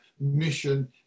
mission